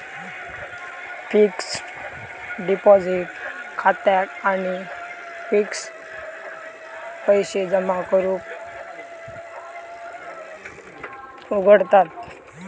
fixed deposit खात्याक आपण fixed पैशे जमा करूक उघडताव